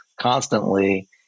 constantly